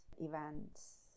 events